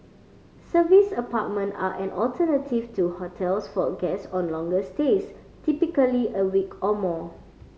service apartment are an alternative to hotels for guests on longer stays typically a week or more